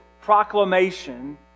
proclamation